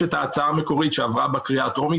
יש את ההצעה המקורית שעברה בקריאה הטרומית